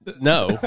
No